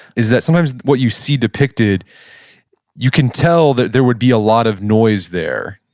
is that sometimes what you see depicted you can tell that there would be a lot of noise there,